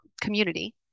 community